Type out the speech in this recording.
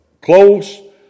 close